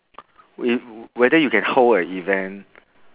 i~ whether you can hold a event